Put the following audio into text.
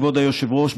כבוד היושב-ראש,